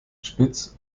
spitz